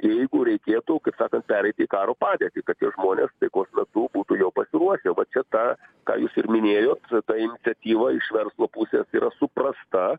jeigu reikėtų kaip sakant pereit į karo padėtį kad tie žmonės taikos metu būtų jau pasiruošę va čia ta ką jūs ir minėjot ta iniciatyva iš verslo pusės yra suprasta